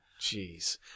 Jeez